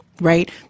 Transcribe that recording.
right